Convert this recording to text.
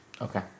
Okay